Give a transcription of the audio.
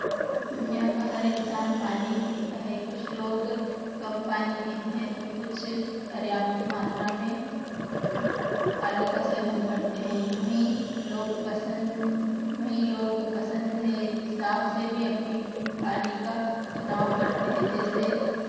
दुनिया का हर इंसान पानी पीता है कुछ लोग कम पानी पीते हैं तो कुछ पर्याप्त मात्रा में पानी का सेवन करते हैं वहीं लोग पसंद हीं लोगों को पसंद है हिसाब से भी अपनी पानी का चुनाव करते हैं जैसे